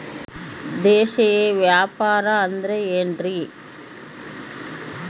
ದೇಶೇಯ ವ್ಯಾಪಾರ ಅಂದ್ರೆ ಏನ್ರಿ?